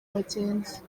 abagenzi